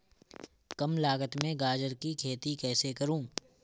कम लागत में गाजर की खेती कैसे करूँ?